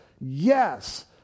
yes